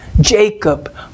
Jacob